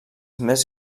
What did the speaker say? més